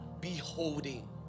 Beholding